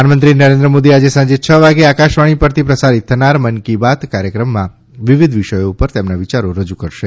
પ્રધાનમંત્રી નરેન્દ્ર મોદી આજે સાંજે છ વાગ્યે આકાશવાણી પરથી પ્રસારીત થનાર મન કી બાત કાર્યક્રમમાં વિવિધ વિષયો ઉપર તેમના વિયારો રજૂ કરશે